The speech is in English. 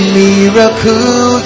miracle